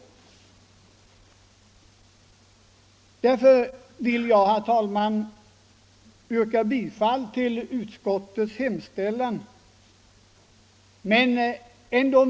Därför vill jag, herr talman, yrka bifall till utskottets hemställan.